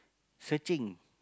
searching